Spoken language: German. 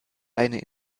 eine